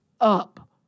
up